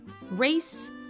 race